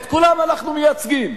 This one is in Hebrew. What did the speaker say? את כולם אנחנו מייצגים.